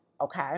Okay